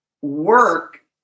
work